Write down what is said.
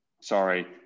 sorry